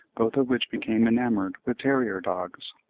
both of which became enamoured with terrier-dogs.